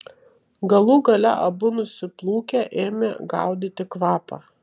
galų gale abu nusiplūkę ėmė gaudyti kvapą